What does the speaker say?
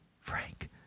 Frank